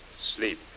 sleep